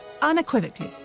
unequivocally